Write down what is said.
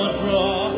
draw